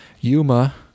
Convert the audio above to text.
Yuma